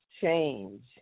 change